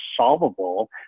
solvable